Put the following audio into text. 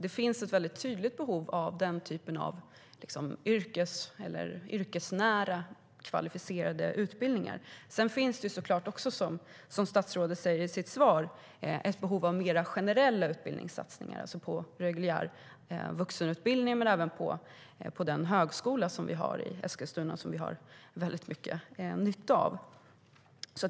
Det finns ett tydligt behov av den typen av yrkesnära, kvalificerade utbildningar. Det finns såklart också, som statsrådet säger i sitt svar, ett behov av mer generella utbildningssatsningar, på reguljär vuxenutbildning men även på den högskola som vi har i Eskilstuna och som vi har stor nytta av.